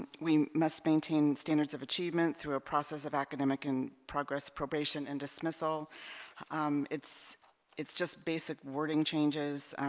we must maintain standards of achievement through a process of academic and progress probation and dismissal um it's it's just basic wording changes